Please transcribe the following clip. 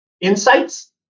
insights